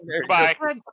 Goodbye